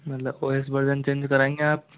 मतलब O S version change करेंगे आप